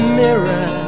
mirror